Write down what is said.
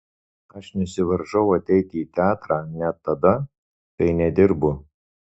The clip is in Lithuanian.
aš nesivaržau ateiti į teatrą net tada kai nedirbu